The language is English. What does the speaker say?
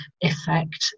effect